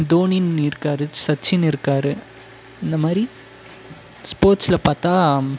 தோனின்னு இருக்காரு சச்சின் இருக்காரு இந்தமாதிரி ஸ்போர்ட்ஸில் பார்த்தா